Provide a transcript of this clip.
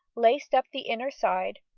laced up the inner side,